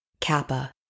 Kappa